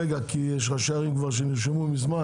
ראש עיריית רמת גן, בבקשה.